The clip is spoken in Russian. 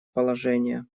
положения